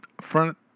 front